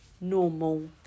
normal